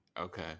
Okay